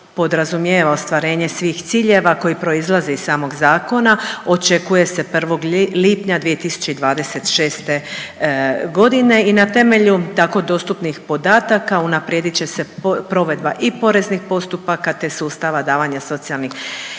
podrazumijeva ostvarenje svih ciljeva koji proizlaze iz samog zakona očekuje se 1. lipnja 2026. g. i na temelju tako dostupnih podataka unaprijedit će se provedba i poreznih postupaka te sustava davanja socijalnih